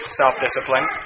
self-discipline